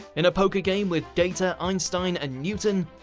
in a poker game with data, einstein, and newton,